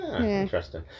Interesting